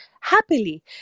happily